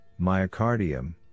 myocardium